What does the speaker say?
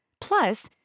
Plus